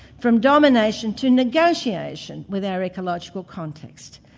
from domination to negotiation with our ecological context,